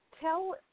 tell